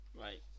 Right